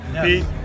Pete